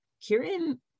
Kieran